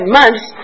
months